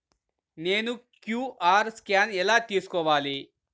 నేను QR scan ఎలా తీసుకోవాలి?